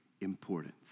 importance